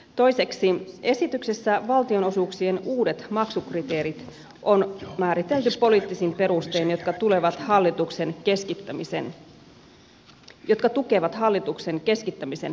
toiseksi esityksessä valtionosuuksien uudet maksukriteerit on määritelty poliittisin perustein jotka tukevat hallituksen keskittämisen periaatteita